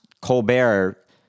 Colbert